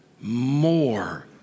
more